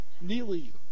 Neely